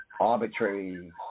arbitrary